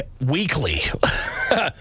weekly